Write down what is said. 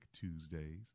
Tuesdays